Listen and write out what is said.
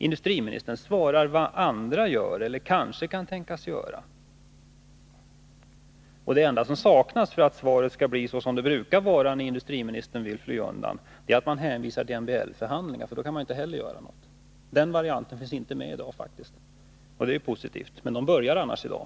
Industriministern svarar med att peka på vad andra gör eller kan tänkas göra. Det enda som saknas för att svaret skall bli som svaren brukar vara när industriministern vill fly undan är att han hänvisar till MBL-förhandlingar — då kan man ju inte heller göra något. Den varianten finns faktiskt inte med i dag, och det är ju positivt. F. ö. börjar MBL-förhandlingarna i dag.